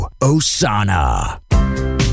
Osana